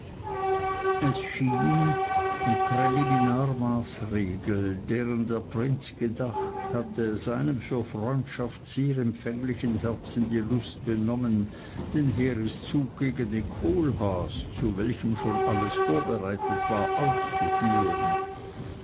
es schien die präliminar maßregel deren der prinz gedacht hatte seinem für freundschaft sehr empfänglichen herzen die lust benommen den heereszug gegen den kohlhaas zu welchem schon alles vorbereitet war auszuführen